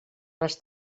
les